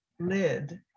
lid